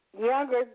younger